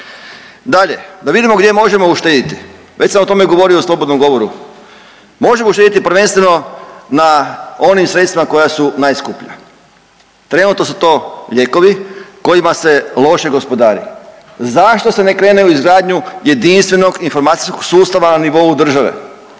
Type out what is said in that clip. Dalje, da vidimo gdje možemo uštedjeti, već sam o tome govorio u slobodnom govoru. Možemo uštedjeti prvenstveno na onim sredstvima koja su najskuplja, trenutno su to lijekovi kojima se loše gospodari. Zašto se ne krene u izgradnju jedinstvenog informacijskog sustava na nivou države?